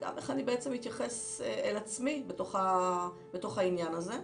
ואיך אני מתייחס אל עצמי בתוך העניין הזה.